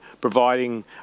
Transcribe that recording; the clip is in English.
providing